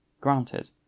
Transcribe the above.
Granted